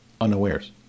unawares